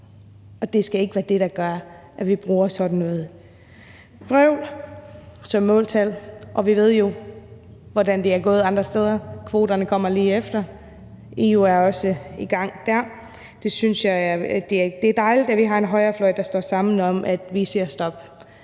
og det skal ikke være det, der gør, at vi bruger sådan noget vrøvl som måltal – og vi ved jo, hvordan det er gået andre steder: Kvoterne kommer lige efter. EU er også i gang der. Det er dejligt, at vi har en højrefløj, der står sammen om, at vi siger stop.